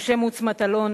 משה מוץ מטלון,